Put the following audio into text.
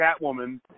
Catwoman